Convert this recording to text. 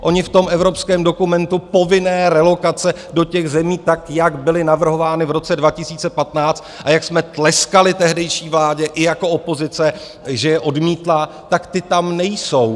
Ony v tom evropském dokumentu povinné relokace do těch zemí, tak jak byly navrhovány v roce 2015 a jak jsme tleskali tehdejší vládě i jako opozice, že je odmítla, ty tam nejsou.